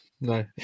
No